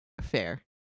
Fair